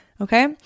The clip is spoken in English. Okay